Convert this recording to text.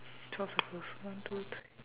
twelve circles one two three